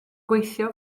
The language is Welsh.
gweithio